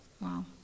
wow